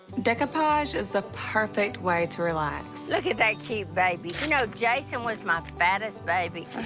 decoupage is the perfect way to relax. look at that cute baby. you know jason was my fattest baby.